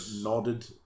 nodded